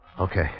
Okay